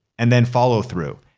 and then follow through.